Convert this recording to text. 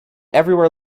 everywhere